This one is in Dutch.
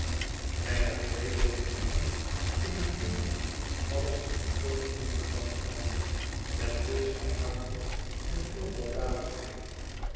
bijna twee weken lang in een leven als een voortdurend bacchanaal met veel champagne en veel